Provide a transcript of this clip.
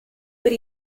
per